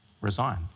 resign